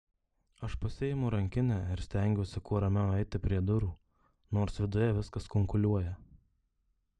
aš pasiimu rankinę ir stengiuosi kuo ramiau eiti prie durų nors viduje viskas kunkuliuoja